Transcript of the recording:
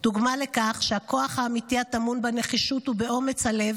דוגמה לכך שהכוח האמיתי טמון בנחישות ובאומץ הלב